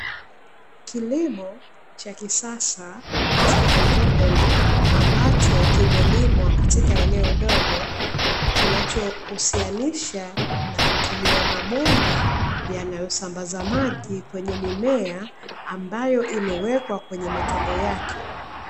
Kilimo cha kisasa cha haidroponi, ambacho kimelimwa katika eneo dogo, kinachohusianisha na kutumia mabomba yanayosambaza maji kwenye mimea, ambayo imewekwa kwenye matobo yake.